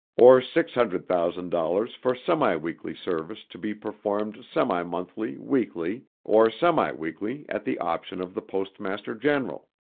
or six hundred thousand dollars for semi-weekly service to be performed semi-monthly, weekly or semi-weekly at the option of the postmaster-general.